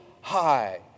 high